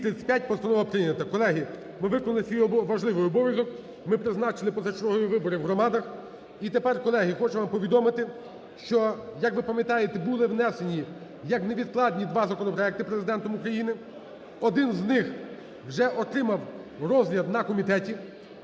прийнята. Колеги, ми виконали свій важливий обов'язок, ми призначили позачергові вибори в громадах. І тепер, колеги, хочу вам повідомити, що, як ви пам'ятаєте, були внесені як невідкладні два законопроекти Президентом України. Один з них вже отримав розгляд на комітеті,